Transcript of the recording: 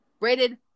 rated